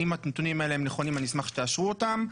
אם הנתונים האלה נכונים, אשמח שתאשרו אותם.